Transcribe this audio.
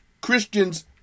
Christians